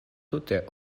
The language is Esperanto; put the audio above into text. tute